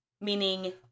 Meaning